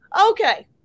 Okay